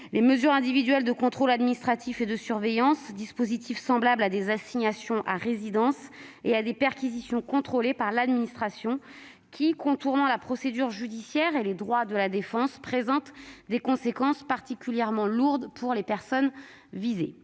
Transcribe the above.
les mesures individuelles de contrôle administratif et de surveillance. Semblables à des assignations à résidence et à des perquisitions contrôlées par l'administration, ces dispositifs contournent la procédure judiciaire et les droits de la défense et emportent des conséquences particulièrement lourdes pour les personnes visées,